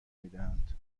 میدهند